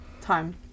time